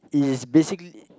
is basically